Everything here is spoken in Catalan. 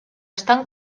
estan